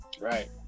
Right